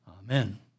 Amen